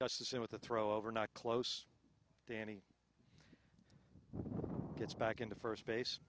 that's the same with the throw over not close danny gets back into first base